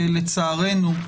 שלצערנו,